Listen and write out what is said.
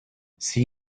see